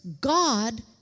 God